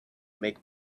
make